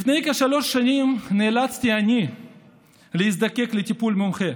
לפני כשלוש שנים נאלצתי אני להזדקק לטיפול מומחה.